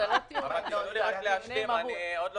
עוד לא